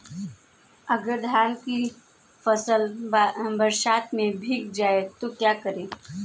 अगर धान की फसल बरसात में भीग जाए तो क्या करें?